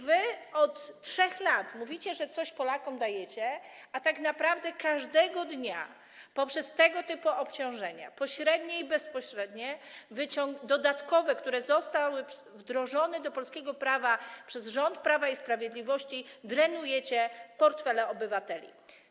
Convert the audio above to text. Wy od 3 lat mówicie, że coś Polakom dajecie, a tak naprawdę każdego dnia poprzez tego typu obciążenia pośrednie i bezpośrednie, dodatkowe, te które zostały wdrożone do polskiego prawa przez rząd Prawa i Sprawiedliwości, drenujecie portfele obywateli.